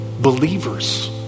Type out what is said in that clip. believers